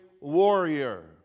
warrior